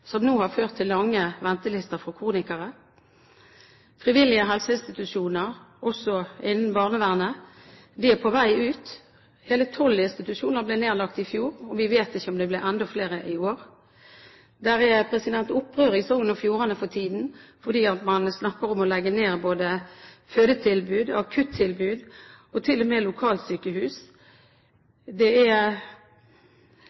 som nå har ført til lange ventelister for kronikere. Frivillige helseinstitusjoner, også innen barnevernet, er på vei ut. Hele tolv institusjoner ble nedlagt i fjor, og vi vet ikke om det blir enda flere i år. Det er opprør i Sogn og Fjordane for tiden, fordi man snakker om å legge ned både fødetilbud, akuttilbud og til og med lokalsykehus.